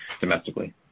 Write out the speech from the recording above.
domestically